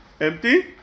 empty